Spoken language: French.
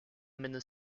mène